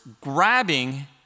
grabbing